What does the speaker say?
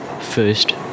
First